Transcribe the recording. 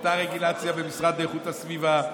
אותה רגולציה במשרד לאיכות הסביבה,